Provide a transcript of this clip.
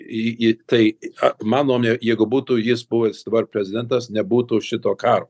į į tai manome jeigu būtų jis buvęs dabar prezidentas nebūtų šito karo